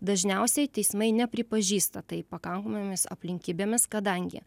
dažniausiai teismai nepripažįsta tai pakankamomis aplinkybėmis kadangi